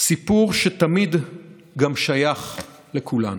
סיפור שתמיד גם שייך לכולנו.